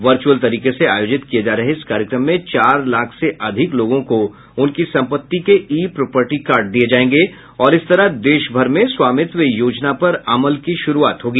virtual तरीके से आयोजित किए जा रहे इस कार्यक्रम में चार लाख से अधिक लोगों को उनकी सम्पत्ति के ई प्रापर्टी कार्ड दिए जाएंगे और इस तरह देशभर में स्वामित्व योजना पर अमल की शुरुआत होगी